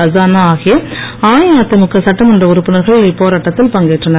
அசானா ஆகிய அஇஅதிமுக சட்டமன்ற உறுப்பினர்கள் இப்போராட்டத்தில் பங்கேற்றனர்